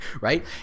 right